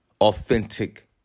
authentic